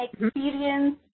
experience